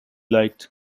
liked